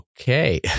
okay